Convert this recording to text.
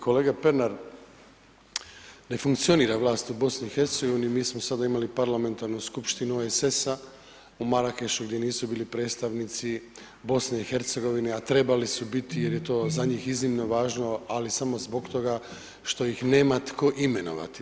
Kolega Pernar, ne funkcionira vlast u BiH-u, mi smo sad imali parlamentarnu skupštinu OESS-a u Marakešu gdje nisu bili predstavnici BiH-a a trebali su biti jer je to za njih iznimno važno ali samo zbog toga što ih nema tko imenovati.